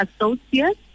Associates